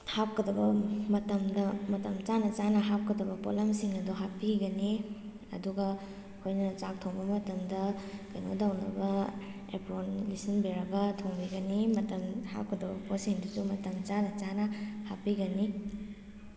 ꯍꯥꯞꯀꯗꯕ ꯃꯇꯝꯗ ꯃꯇꯝ ꯆꯟꯅ ꯆꯟꯅ ꯍꯥꯞꯀꯗꯕ ꯄꯣꯠꯂꯝꯁꯤꯡ ꯑꯗꯨ ꯍꯥꯞꯄꯤꯒꯅꯤ ꯑꯗꯨꯒ ꯑꯩꯈꯣꯏꯅ ꯆꯥꯛ ꯊꯣꯡꯕ ꯃꯇꯝꯗ ꯀꯩꯅꯣ ꯇꯧꯅꯕ ꯑꯦꯄ꯭ꯔꯣꯟ ꯂꯤꯠꯁꯤꯟꯕꯤꯔꯒ ꯊꯣꯡꯕꯤꯒꯅꯤ ꯃꯇꯝ ꯍꯥꯞꯀꯗꯕ ꯄꯣꯠꯁꯤꯡꯗꯨꯁꯨ ꯃꯇꯝ ꯆꯥꯅ ꯆꯥꯅ ꯍꯥꯞꯄꯤꯒꯅꯤ